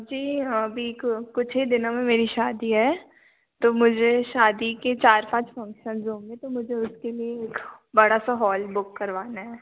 जी हाँ बिल्कुल कुछ ही दिनों में मेरी शादी है तो मुझे शादी के चार पाँच फंक्शंस जो होंगे तो मुझे उसके लिए बड़ा सा हॉल बुक करवाना है